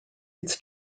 its